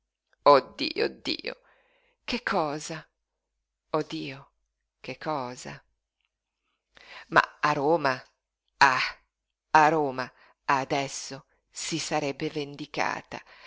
dio dio che cosa oh dio che cosa ma a roma ah a roma adesso si sarebbe vendicata